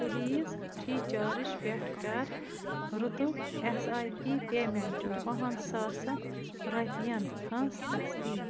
please free charge پٮ۪ٹھ کَر رُتُک اٮ۪س آی پی پیمٮ۪نٛٹ وُہَن ساسَن رۄپیَن ہٕنٛز تصدیٖق